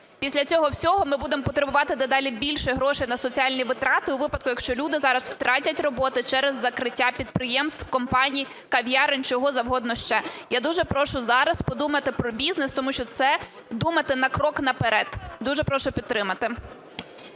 Після цього всього ми будемо потребувати дедалі більше грошей на соціальні витрати у випадку, якщо люди зараз втратять роботи через закриття підприємств, компаній, кав'ярень чого завгодно ще. Я дуже прошу зараз подумати про бізнес, тому що це думати на крок наперед. Дуже прошу підтримати.